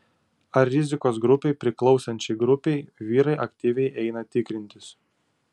ar rizikos grupei priklausančiai grupei vyrai aktyviai eina tikrintis